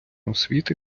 освіти